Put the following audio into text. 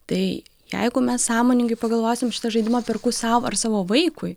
tai jeigu mes sąmoningai pagalvosim šitą žaidimą perku sau ar savo vaikui